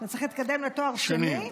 אתה צריך להתקדם לתואר שני,